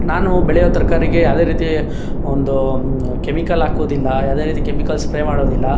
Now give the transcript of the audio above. ನಾನು ಬೆಳೆಯುವ ತರಕಾರಿಗೆ ಯಾವುದೇ ರೀತಿ ಒಂದು ಕೆಮಿಕಲ್ ಹಾಕೋದಿಲ್ಲ ಯಾವುದೇ ರೀತಿ ಕೆಮಿಕಲ್ಸ್ ಸ್ಪ್ರೇ ಮಾಡೋದಿಲ್ಲ